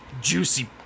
juicy